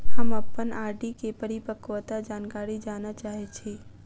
हम अप्पन आर.डी केँ परिपक्वता जानकारी जानऽ चाहै छी